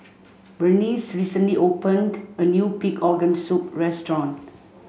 Berneice recently opened a new pig organ soup restaurant